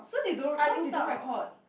so they don't why they don't record